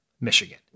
Michigan